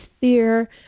fear